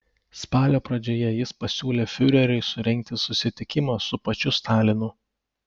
spalio pradžioje jis pasiūlė fiureriui surengti susitikimą su pačiu stalinu